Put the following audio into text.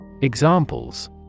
Examples